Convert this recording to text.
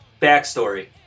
Backstory